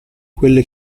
quelle